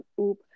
Oop